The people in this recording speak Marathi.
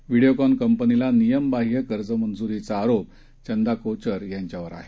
व्हिडियोकॉन कंपनीला नियमबाह्य कर्जमंजूरीचा आरोप चंदा कोचर यांच्यावर आहे